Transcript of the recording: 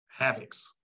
havocs